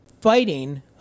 fighting